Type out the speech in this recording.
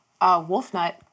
Wolfnut